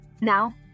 Now